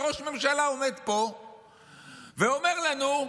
וראש הממשלה עומד פה ואומר לנו: